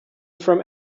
from